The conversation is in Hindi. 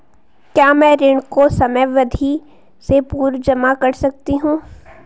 क्या मैं ऋण को समयावधि से पूर्व जमा कर सकती हूँ?